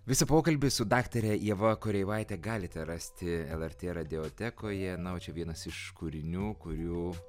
visą pokalbį su daktare ieva koreivaite galite rasti lrt radiotekoje na o čia vienas iš kūrinių kurių